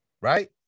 Right